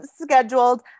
scheduled